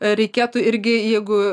reikėtų irgi jeigu